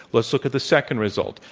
let's look at the second result.